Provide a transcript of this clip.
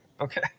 Okay